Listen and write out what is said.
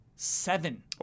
Seven